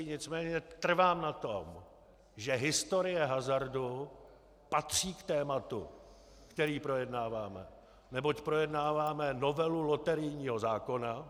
Nicméně trvám na tom, že historie hazardu patří k tématu, které projednáváme, neboť projednáváme novelu loterijního zákona.